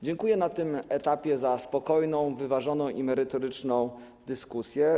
Dziękuję na tym etapie za spokojną, wyważoną i merytoryczną dyskusję.